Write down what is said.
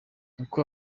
uko